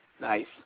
Nice